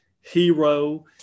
hero